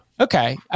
Okay